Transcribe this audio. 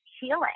healing